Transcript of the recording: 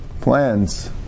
plans